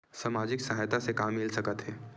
सामाजिक सहायता से का मिल सकत हे?